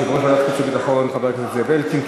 יושב-ראש ועדת החוץ והביטחון חבר הכנסת זאב אלקין.